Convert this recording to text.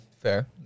Fair